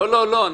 לא לא,